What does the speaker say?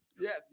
Yes